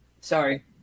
sorry